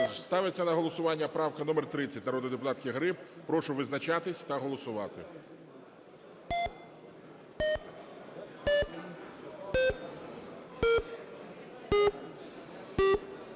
Ставиться на голосування правка номер 30 народної депутатки Гриб. Прошу визначатись та голосувати.